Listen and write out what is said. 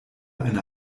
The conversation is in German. eine